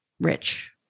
rich